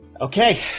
Okay